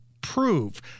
prove